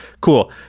Cool